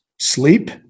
sleep